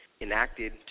enacted